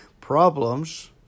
problems